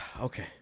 Okay